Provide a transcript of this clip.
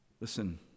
Listen